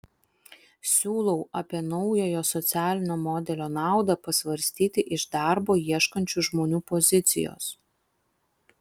siūlau apie naujojo socialinio modelio naudą pasvarstyti iš darbo ieškančių žmonių pozicijos